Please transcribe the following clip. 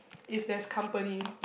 if there's company